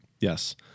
Yes